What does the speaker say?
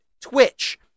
Twitch